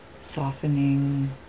softening